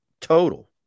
total